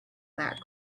that